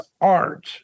art